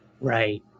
Right